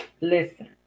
Listen